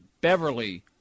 Beverly